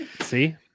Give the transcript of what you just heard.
See